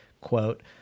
quote